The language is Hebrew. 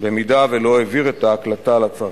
אם לא העביר את ההקלטה לצרכן.